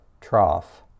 trough